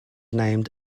named